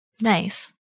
Nice